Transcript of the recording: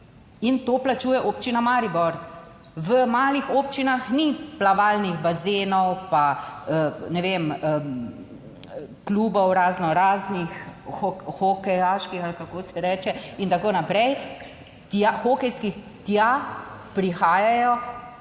in to plačuje občina Maribor. V malih občinah ni plavalnih bazenov pa, ne vem, klubov raznoraznih hokejaških ali kako se reče in tako naprej ... Ja, hokejskih. Tja prihajajo